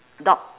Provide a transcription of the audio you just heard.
dog